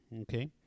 okay